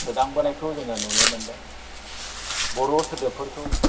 सोदांबोनायखौ जोङो नुनो मोनदों बर' सोदोबफोरखौ